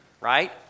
right